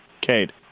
Cade